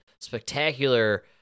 spectacular